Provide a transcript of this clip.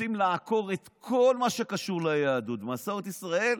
שרוצים לעקור את כל מה שקשור ליהדות ומסורת ישראל,